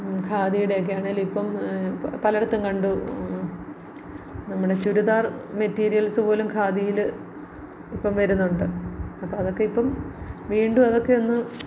ഖാദിയുടെയൊക്കെ ആണെങ്കിലുമിപ്പം പലയിടത്തും കണ്ടു നമ്മുടെ ചുരിദാർ മെറ്റീരിയൽസ് പോലും ഖാദിയിൽ ഇപ്പം വരുന്നുണ്ട് അപ്പം അതൊക്കെ ഇപ്പം വീണ്ടും അതൊക്കെ ഒന്ന്